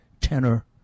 tenor